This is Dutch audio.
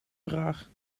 vraag